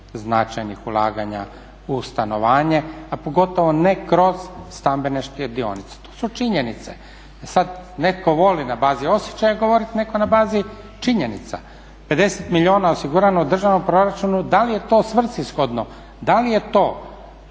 značajnih ulaganja u stanovanje, a pogotovo ne kroz stambene štedionice. To su činjenice. Sad, netko voli na bazi osjećaja govoriti netko na bazi činjenica. 50 milijuna je osigurano u državnom proračunu, da li je to svrsishodno, da li je to